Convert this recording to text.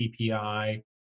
PPI